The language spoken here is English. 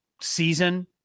season